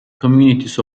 communities